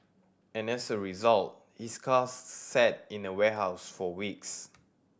and as a result his car sat in a warehouse for weeks